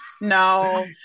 No